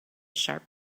sharp